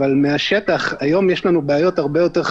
אבל מהשטח, היום יש לנו בעיות הרבה יותר חמורות.